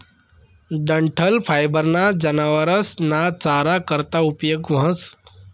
डंठल फायबर ना जनावरस ना चारा करता उपयोग व्हस